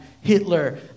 Hitler